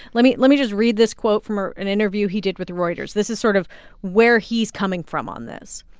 let me let me just read this quote from ah an interview he did with reuters. this is sort of where he's coming from on this.